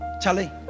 Charlie